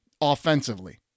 offensively